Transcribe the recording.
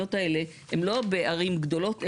החיוניות האלה הן לא בערים גדולות,